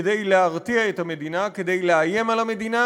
כדי להרתיע את המדינה, כדי לאיים על המדינה